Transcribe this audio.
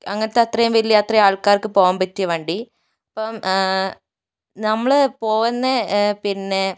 അങ്ങനത്തെ അത്രയും വലിയ അത്രയും ആൾക്കാർക്ക് പോകാൻ പറ്റിയ വണ്ടി ഇപ്പം നമ്മൾ പോകുന്നത് പിന്നെ